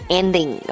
ending